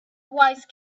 wise